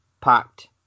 packed